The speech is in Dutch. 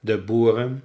de boeren